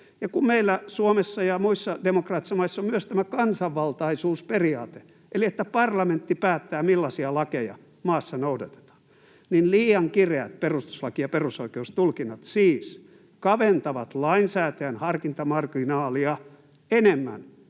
Ja kun meillä Suomessa ja muissa demokraattisissa maissa on myös tämä kansanvaltaisuusperiaate, eli että parlamentti päättää, millaisia lakeja maassa noudatetaan, niin liian kireät perustuslaki- ja perusoikeustulkinnat siis kaventavat lainsäätäjän harkintamarginaalia enemmän